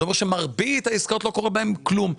זה אומר שמרבית העסקאות, לא קורה בהן כלום.